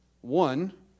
one